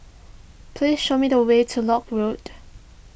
please show me the way to Lock Road